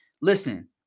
Listen